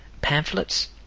pamphlets